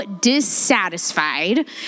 dissatisfied